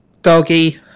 doggy